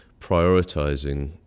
prioritizing